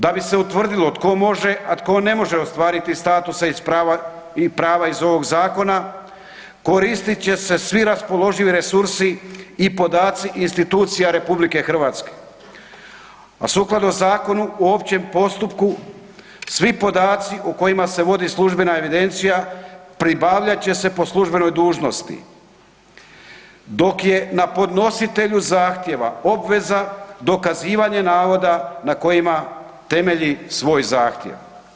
Da bi se utvrdilo tko može a tko ne može ostvariti statuse i prava iz ovog zakona, koristit će se svi raspoloživi resursi i podaci institucija RH, a sukladno Zakonu o općem postupku svi podaci o kojim se vodi službena evidencija, pribavljat će se po službenoj dužnosti, dok je na podnositelju zahtjeva obveza dokazivanje navoda na kojima je temelji svoj zahtjev.